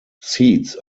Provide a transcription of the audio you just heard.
seats